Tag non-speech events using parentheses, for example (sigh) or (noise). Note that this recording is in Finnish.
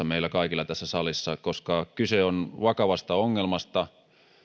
(unintelligible) meillä kaikilla tässä salissa koska kyse on vakavasta ongelmasta